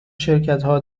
شرکتها